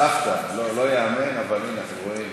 סבתא, לא ייאמן, אבל הנה, אתם רואים.